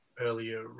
earlier